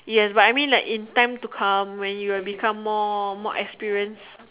yes but I mean like in time to come when you have become more more experience